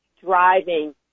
driving